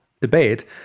debate